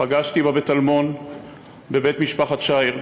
פגשתי בה בטלמון בבית משפחת שער.